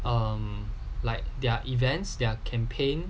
um like their events their campaign